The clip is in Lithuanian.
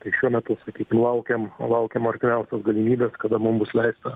tai šiuo metu sakykim laukiam laukiam artimiausios galimybės kada mum bus leista